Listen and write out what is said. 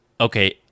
okay